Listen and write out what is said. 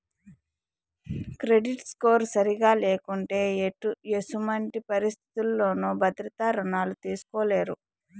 credit score సరిగా లేకుంటే ఎసుమంటి పరిస్థితుల్లోనూ భద్రత రుణాలు తీస్కోలేరు